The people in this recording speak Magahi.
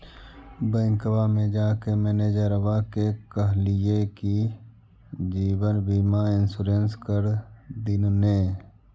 बैंकवा मे जाके मैनेजरवा के कहलिऐ कि जिवनबिमा इंश्योरेंस कर दिन ने?